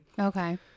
okay